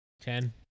Ten